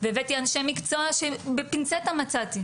והבאתי אנשי מקצוע שבפינצטה מצאתי